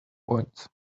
points